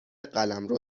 قلمرو